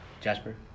Jasper